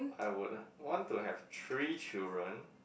I would want to have three children